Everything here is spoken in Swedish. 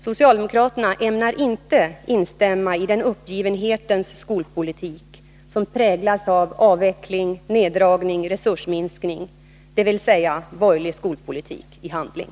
Socialdemokraterna ämnar inte instämma i den uppgivenhetens skolpolitik som präglas av avveckling, neddragning och resursminskning, dvs. borgerlig skolpolitik i handling.